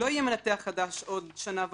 לא יהיה מנתח חדש בעוד שנה וחצי.